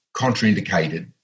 contraindicated